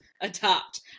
adopt